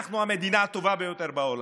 אנחנו המדינה הטובה ביותר בעולם.